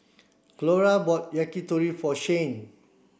Clora bought Yakitori for Shayne